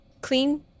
Clean